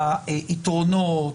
היתרונות,